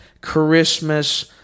Christmas